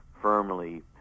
firmly